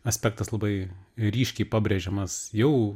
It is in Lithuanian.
aspektas labai ryškiai pabrėžiamas jau